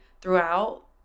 throughout